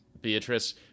Beatrice